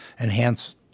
enhance